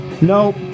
Nope